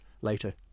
later